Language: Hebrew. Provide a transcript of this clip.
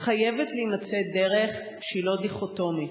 חייבת להימצא דרך שהיא לא דיכוטומית,